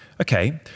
Okay